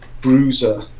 bruiser